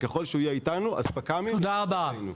תודה רבה.